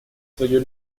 свою